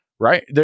Right